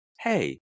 Hey